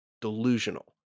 delusional